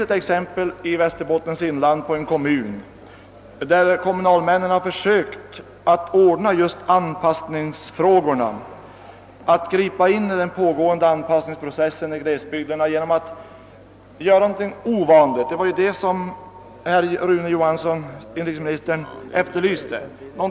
Det finns i Västerbottens inland en kommun där kommunalmännen försökt att gripa in i den pågående anpassningsprocessen i glesbygden genom att göra någonting ovanligt, någonting annorlunda — det var ju det som inrikesministern efterlyste.